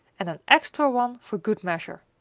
and an extra one for good measure!